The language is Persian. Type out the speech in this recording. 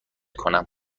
کنم